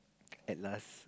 at last